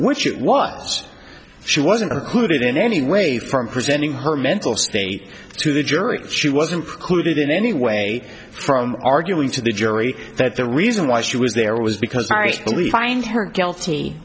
which is what she wasn't included in any way from presenting her mental state to the jury she wasn't clued in any way from arguing to the jury that the reason why she was there was because i believe find her guilty